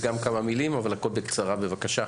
בבקשה.